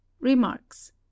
Remarks